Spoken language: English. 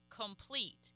complete